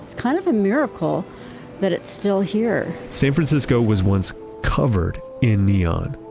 it's kind of a miracle that it's still here san francisco was once covered in neon.